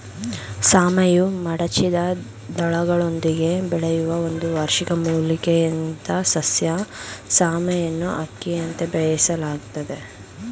ಸಾಮೆಯು ಮಡಚಿದ ದಳಗಳೊಂದಿಗೆ ಬೆಳೆಯುವ ಒಂದು ವಾರ್ಷಿಕ ಮೂಲಿಕೆಯಂಥಸಸ್ಯ ಸಾಮೆಯನ್ನುಅಕ್ಕಿಯಂತೆ ಬೇಯಿಸಲಾಗ್ತದೆ